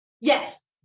Yes